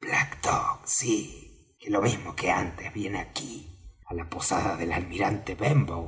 black dog sí que lo mismo que antes viene aquí á la posada del almirante benbow